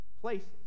places